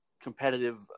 competitive